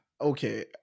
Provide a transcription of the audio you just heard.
Okay